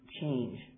change